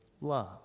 love